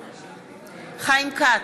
בעד חיים כץ,